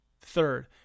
Third